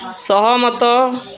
ସହମତ